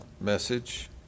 message